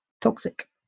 toxic